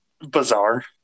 bizarre